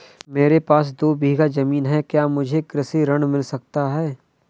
मेरे पास दो बीघा ज़मीन है क्या मुझे कृषि ऋण मिल सकता है?